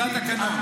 זה התקנון.